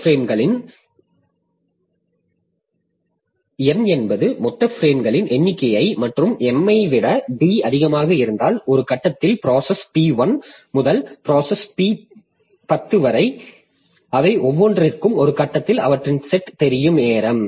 m என்பது மொத்த பிரேம்களின் எண்ணிக்கை மற்றும் Mஐ விட D அதிகமாக இருந்தால் ஒரு கட்டத்தில் ப்ராசஸ் P1 முதல் ப்ராசஸ் P10 வரை அவை ஒவ்வொன்றிற்கும் ஒரு கட்டத்தில் அவற்றின் செட் தெரியும் நேரம்